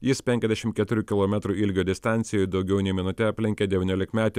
jis penkiasdešimt keturių kilometrų ilgio distancijoj daugiau nei minute aplenkė devyniolkmetį